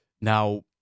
now